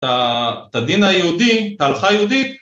‫את הדין היהודי, את ההלכה היהודית.